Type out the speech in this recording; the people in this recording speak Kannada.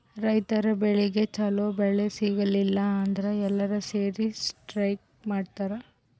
ರೈತರ್ ಬೆಳಿಗ್ ಛಲೋ ಬೆಲೆ ಸಿಗಲಿಲ್ಲ ಅಂದ್ರ ಎಲ್ಲಾರ್ ಸೇರಿ ಸ್ಟ್ರೈಕ್ ಮಾಡ್ತರ್